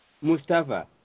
Mustafa